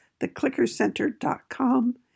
theclickercenter.com